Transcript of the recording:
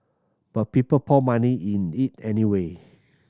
but people poured money in it anyway